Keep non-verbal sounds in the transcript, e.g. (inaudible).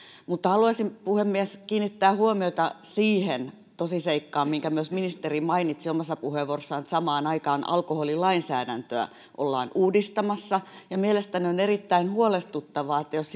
mutta haluaisin puhemies kiinnittää huomiota siihen tosiseikkaan minkä myös ministeri mainitsi omassa puheenvuorossaan että samaan aikaan alkoholilainsäädäntöä ollaan uudistamassa ja mielestäni on erittäin huolestuttavaa että jos (unintelligible)